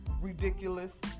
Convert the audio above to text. ridiculous